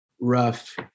rough